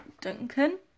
Duncan